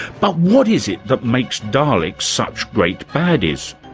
but what is it that makes daleks such great baddies?